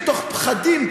מתוך פחדים,